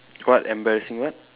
what embarrassing what